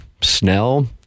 Snell